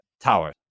Tower